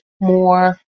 more